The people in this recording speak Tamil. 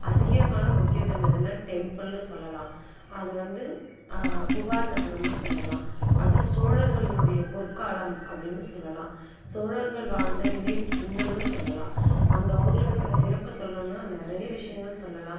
அதிகமான முக்கியத்துவம் எதுன்னால் டெம்பிள்னு சொல்லலாம் அது வந்து புகார் நகரம்னு சொல்லலாம் அது சோழர்களினுடைய பொற்காலம் அப்படின்னு சொல்லலாம் சோழர்கள் வாழ்ந்த நினைவுச் சின்னம்னு சொல்லலாம் அந்த ஊரில் இருக்கற சிறப்ப சொல்லணுன்னா நிறைய விஷயங்கள் சொல்லலாம்